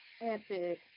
Epic